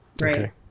Right